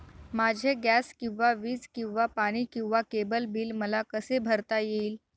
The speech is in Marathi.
माझे गॅस किंवा वीज किंवा पाणी किंवा केबल बिल मला कसे भरता येईल?